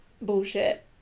bullshit